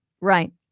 Right